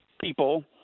people